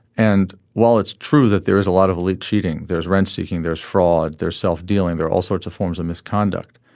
and while it's true that there is a lot of elite cheating there's rent seeking there's fraud there's self dealing there are all sorts of forms of misconduct.